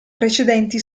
precedenti